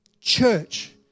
church